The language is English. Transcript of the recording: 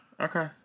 Okay